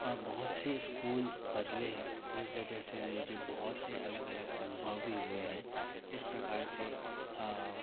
बहुत से स्कूल बदले हैं जिस वजह से मुझे बहुत से अलग अलग अनुभव भी हुए हैं इस प्रकार से